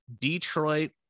Detroit